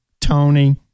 Tony